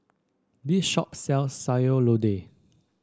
this shop sells Sayur Lodeh